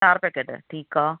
चारि पैकेट ठीक आहे